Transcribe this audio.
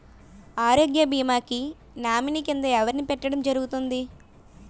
ఆరోగ్య భీమా కి నామినీ కిందా ఎవరిని పెట్టడం జరుగతుంది?